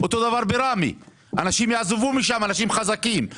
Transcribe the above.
אותו הדבר בראמה אנשים חזקים יעזבו את המקום.